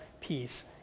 peace